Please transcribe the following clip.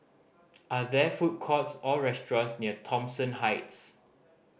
are there food courts or restaurants near Thomson Heights